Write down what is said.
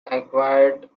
acquired